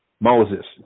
Moses